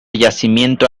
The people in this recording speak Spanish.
yacimiento